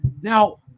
Now